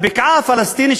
הבקעה הפלסטינית,